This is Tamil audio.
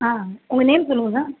உங்கள் நேம் சொல்லுங்க சார்